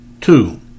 Two